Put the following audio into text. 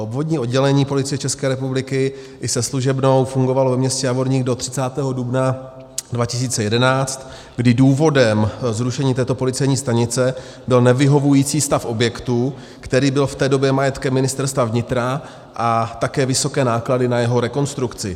Obvodní oddělení Policie České republiky i se služebnou fungovalo ve městě Javorník do 30. dubna 2011, kdy důvodem zrušení této policejní stanice byl nevyhovující stav objektu, který byl v té době majetkem Ministerstva vnitra, a také vysoké náklady na jeho rekonstrukci.